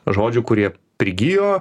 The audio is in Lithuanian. žodžių kurie prigijo